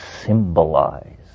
symbolize